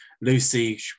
Lucy